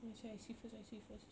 then I say I see first I see first